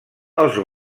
els